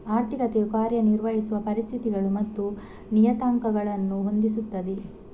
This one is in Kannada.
ಆರ್ಥಿಕತೆಯು ಕಾರ್ಯ ನಿರ್ವಹಿಸುವ ಪರಿಸ್ಥಿತಿಗಳು ಮತ್ತು ನಿಯತಾಂಕಗಳನ್ನು ಹೊಂದಿಸುತ್ತದೆ